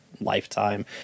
lifetime